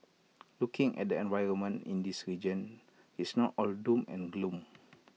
looking at the environment in this region it's not all doom and gloom